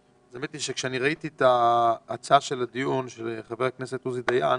כשאני ראיתי את ההצעה לדיון של חבר הכנסת עוזי דיין